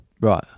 Right